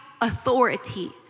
authority